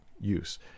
use